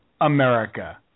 America